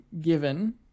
given